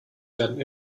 werden